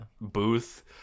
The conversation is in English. booth